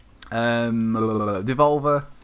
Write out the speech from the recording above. Devolver